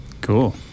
Cool